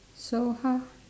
so how